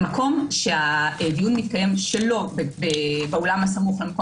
מקום שהדיון מתקיים שלא באולם הסמוך למקום